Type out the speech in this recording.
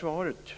Svaret